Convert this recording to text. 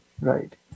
right